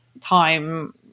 time